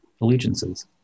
allegiances